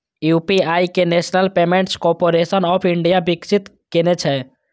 UPI कें National Payments Corporation of India विकसित केने छै